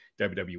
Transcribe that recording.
wwe